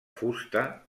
fusta